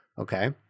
Okay